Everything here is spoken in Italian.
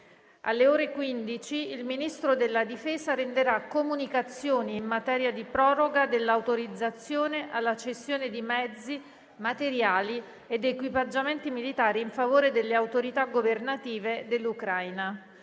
Alle ore 15 il Ministro della difesa renderà comunicazioni in materia di proroga dell'autorizzazione alla cessione di mezzi materiali ed equipaggiamenti militari in favore delle autorità governative dell'Ucraina.